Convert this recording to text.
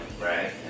Right